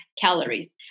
calories